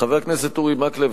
חבר הכנסת אורי מקלב,